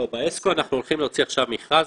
ב-אסקו אנחנו הולכים להוציא עכשיו מכרז.